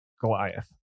Goliath